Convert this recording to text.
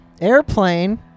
airplane